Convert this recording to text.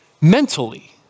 mentally